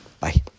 bye